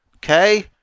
Okay